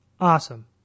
Awesome